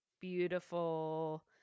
beautiful